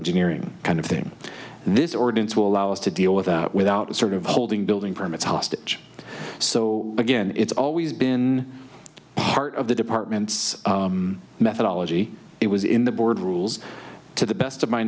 thing this ordinance will allow us to deal with that without sort of holding building permits hostage so again it's always been part of the department's methodology it was in the board rules to the best of my